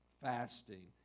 fasting